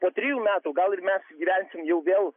po trejų metų gal ir mes gyvensim jau vėl